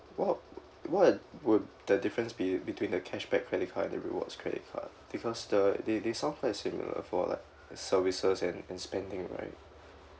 what what would the difference be between the cashback credit card and the rewards credit card because the they they sounds quite similar for like services and and spending right